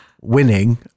winning